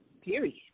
period